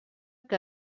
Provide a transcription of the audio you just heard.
que